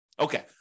Okay